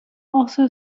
also